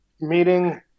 meeting